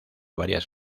varias